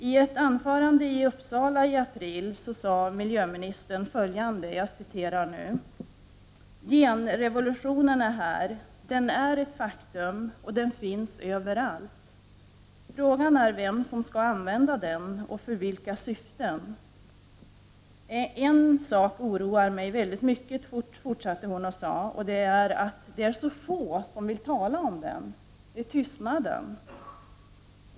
I ett anförande i Uppsala i april sade miljöministern följande: ”Genrevolutionen är här. Den är ett faktum och den finns överallt. Frågan är vem som skall använda den och för vilka syften. En sak oroar mig väldigt mycket här, och det är att så få vill tala om den — tystnaden.